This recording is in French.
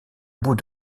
bout